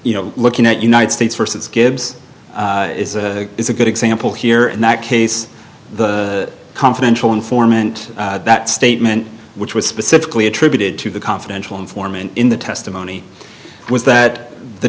you know looking at united states versus gibbs is a good example here in that case the confidential informant that statement which was specifically attributed to the confidential informant in the testimony was that the